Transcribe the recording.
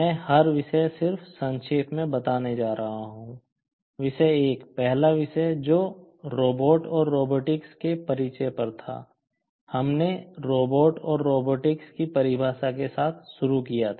मैं हर विषय सिर्फ संक्षेप में बताने जा रहा हूं विषय 1 पहला विषय जो रोबोट की परिभाषा के साथ शुरू किया था